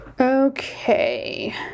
okay